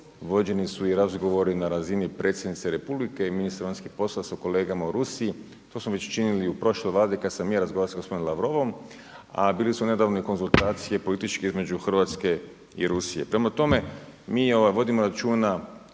vođeni su i razgovori na razini predsjednice Republike i ministra vanjskih poslova sa kolegama u Rusiji. To smo već činili i u prošloj Vladi kad smo mi razgovarali sa gospodinom Lavrovom, a bile su nedavno i konzultacije političke između Hrvatske i Rusije. Prema tome, mi vodimo računa